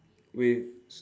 with